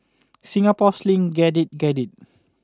Singapore Sling get it get it